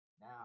Now